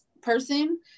person